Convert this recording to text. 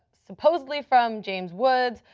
supposedly from james woods.